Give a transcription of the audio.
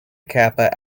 kappa